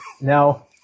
Now